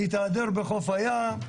להתהדר בחוף הים,